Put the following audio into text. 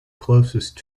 closest